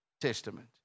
Testament